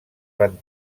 van